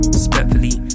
Respectfully